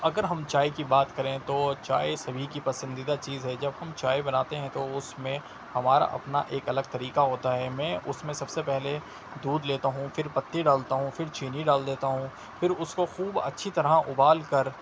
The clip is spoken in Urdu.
اگر ہم چائے کی بات کریں تو چائے سبھی کی پسندیدہ چیز ہے جب ہم چائے بناتے ہیں تو اس میں ہمارا اپنا ایک الگ طریقہ ہوتا ہے میں اس میں سب سے پہلے دودھ لیتا ہوں پھر پتی ڈالتا ہوں پھر چینی ڈال دیتا ہوں پھر اس کو خوب اچھی طرح ابال کر